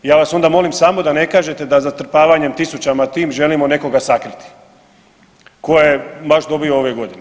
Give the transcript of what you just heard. Ja vas onda molim samo da ne kažete da zatrpavanjem tisućama tim želimo nekoga sakriti tko je baš dobio ove godine.